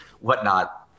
whatnot